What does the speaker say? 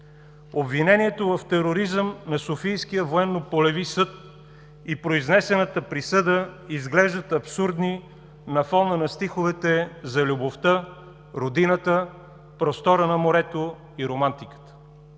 Обвинението в тероризъм на Софийския военно-полеви съд и произнесената присъда изглеждат абсурдни на фона на стиховете за любовта, родината, простора на морето и романтиката.